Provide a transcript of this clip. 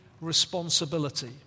responsibility